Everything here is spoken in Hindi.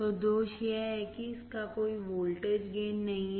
तो दोष यह है कि इसका कोई वोल्टेज गेन नहीं है